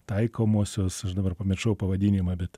taikomosios aš dabar pamiršau pavadinimą bet